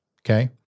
okay